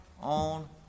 on